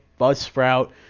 Buzzsprout